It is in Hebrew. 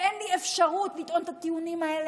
ואין לי אפשרות לקרוא את הטיעונים האלה,